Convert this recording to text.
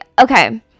Okay